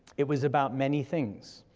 it was about many things.